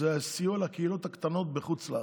זה הסיוע לקהילות הקטנות בחוץ לארץ.